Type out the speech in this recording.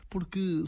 porque